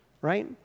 right